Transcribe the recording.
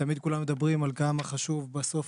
ותמיד כולם מדברים על כמה חשוב בסוף